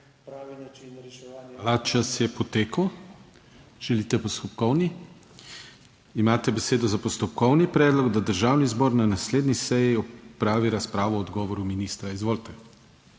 KRIVEC: Hvala. Čas je potekel. Želite postopkovni? Imate besedo za postopkovni predlog, da Državni zbor na naslednji seji opravi razpravo o odgovoru ministra. Izvolite.